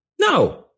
no